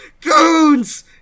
Goons